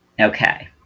Okay